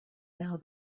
now